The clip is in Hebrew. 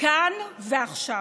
כאן ועכשיו